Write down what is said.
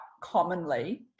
Commonly